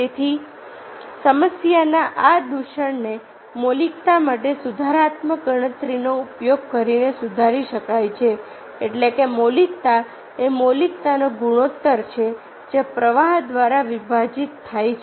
તેથી સમસ્યાના આ દૂષણને મૌલિકતા માટે સુધારાત્મક ગણતરીનો ઉપયોગ કરીને સુધારી શકાય છે એટલે કે મૌલિકતા એ મૌલિકતાનો ગુણોત્તર છે જે પ્રવાહ દ્વારા વિભાજિત થાય છે